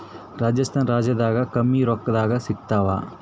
ರಾಜಸ್ಥಾನ ರಾಜ್ಯದಾಗ ಕಮ್ಮಿ ರೊಕ್ಕದಾಗ ಸಿಗತ್ತಾವಾ?